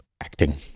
acting